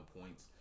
points